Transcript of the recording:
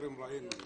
שטרם ראינו.